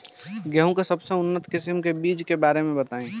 गेहूँ के सबसे उन्नत किस्म के बिज के बारे में बताई?